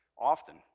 often